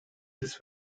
this